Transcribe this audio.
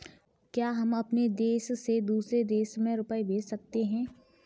क्या हम अपने देश से दूसरे देश में रुपये भेज सकते हैं?